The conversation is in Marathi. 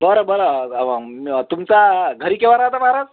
बरं बरं तुमचा घरी केव्हा राहता महाराज